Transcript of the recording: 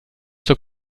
zur